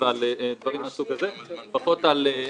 וזה קריטי מאוד העבודה כמפרנסת יחידה,